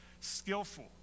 skillful